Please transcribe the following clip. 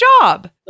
job